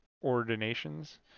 ordinations